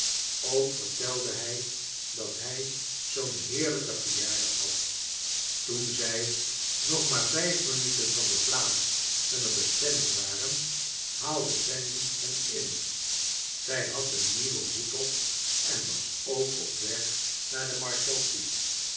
ook vertelde hij dat hij zoo'n heerlijken verjaardag had toen zij nog maar vijf rninuten van de plaats hunner bestemmig waren haalde fanny hen in zij had een nieuwen hoed op en was ook op w g naar de marshalsea